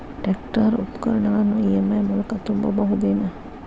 Tractor ಉಪಕರಣಗಳನ್ನು EMI ಮೂಲಕ ತುಂಬಬಹುದ ಏನ್?